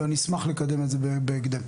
ואני אשמח לקדם את זה בהקדם.